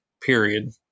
period